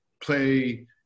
play